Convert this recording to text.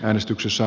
äänestyksessä